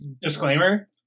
Disclaimer